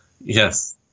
Yes